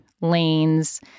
lanes